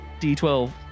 D12